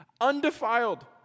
undefiled